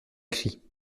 cri